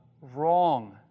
wrong